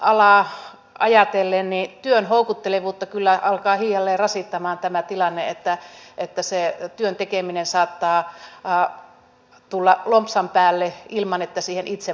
eli kuljetusalaa ajatellen työn houkuttelevuutta kyllä alkaa hiljalleen rasittamaan tämä tilanne että se työn tekeminen saattaa tulla lompsan päälle ilman että siihen itse voi vaikuttaa